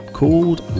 called